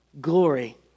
glory